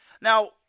Now